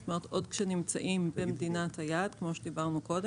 עוד כשנמצאים במדינה אחרת.